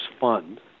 Fund